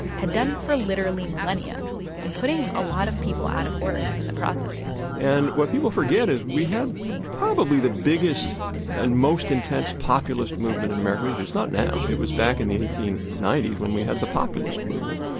had done for literally millennia and putting a lot of people out of work in the process and what people forget is we had probably the biggest and most intense populist movement in america. it's not now. it was back in the eighteen ninety s when we had the populist movement.